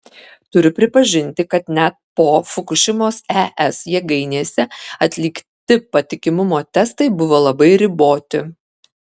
turiu pripažinti kad net po fukušimos es jėgainėse atlikti patikimumo testai buvo labai riboti